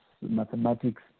mathematics